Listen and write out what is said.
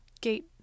gate